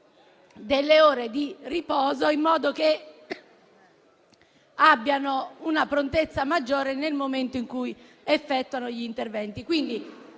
ore di riposo in modo che abbiano una prontezza maggiore nel momento in cui effettuano gli interventi.